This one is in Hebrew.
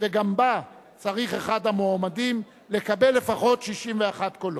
וגם בה צריך אחד המועמדים לקבל לפחות 61 קולות.